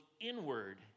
inward